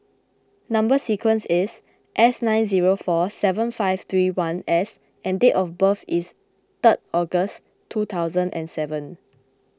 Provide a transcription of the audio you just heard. Number Sequence is S nine zero four seven five three one S and date of birth is three August two thousand and seven